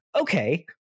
okay